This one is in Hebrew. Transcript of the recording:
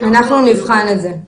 אנחנו נבחן את זה.